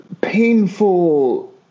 painful